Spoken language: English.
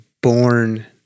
born